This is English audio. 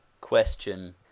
question